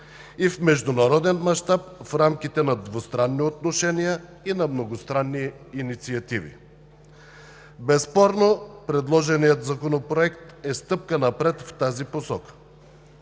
и в международен мащаб в рамките на двустранни отношения и на многостранни инициативи. Безспорно предложеният Законопроект е стъпка напред в тази посока